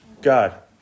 god